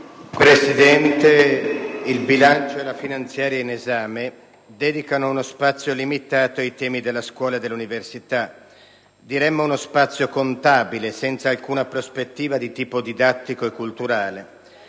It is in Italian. Presidente, il bilancio e la finanziaria in esame dedicano uno spazio limitato ai temi della scuola e dell'università; diremmo uno spazio contabile senza alcuna prospettiva di tipo didattico e culturale.